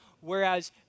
whereas